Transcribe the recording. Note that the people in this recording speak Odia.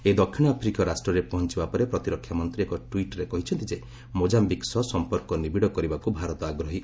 ଏହି ଦକ୍ଷିଣ ଆଫ୍ରିକୀୟ ରାଷ୍ଟ୍ରରେ ପହଞ୍ଚିବା ପରେ ପ୍ରତିରକ୍ଷା ମନ୍ତ୍ରୀ ଏକ ଟ୍ୱିଟ୍ରେ କହିଛନ୍ତି ଯେ ମୋକାୟିକ୍ ସହ ସମ୍ପର୍କ ନିବିଡ଼ କରିବାକୁ ଭାରତ ଆଗ୍ରହୀ